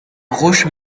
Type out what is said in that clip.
roche